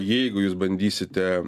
jeigu jūs bandysite